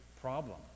problem